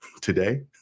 today